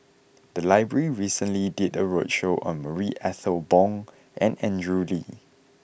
the library recently did a roadshow on Marie Ethel Bong and Andrew Lee